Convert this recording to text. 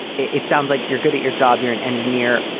it it sounds like you're good at your job. you're an engineer.